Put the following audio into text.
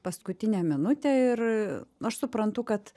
paskutinę minutę ir aš suprantu kad